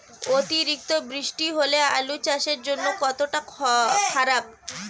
অতিরিক্ত বৃষ্টি হলে আলু চাষের জন্য কতটা খারাপ?